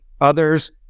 others